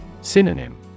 Synonym